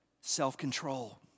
Self-control